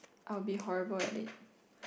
I'll be horrible at it